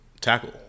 tackle